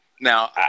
Now